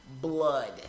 blood